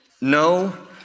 no